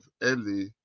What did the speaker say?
early